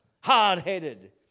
hard-headed